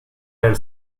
elle